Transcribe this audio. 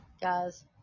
Guys